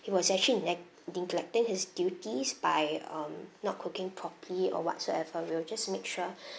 he was actually neg~ neglecting his duties by um not cooking properly or whatsoever we'll just make sure